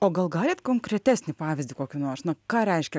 o gal galit konkretesnį pavyzdį kokį nors na ką reiškia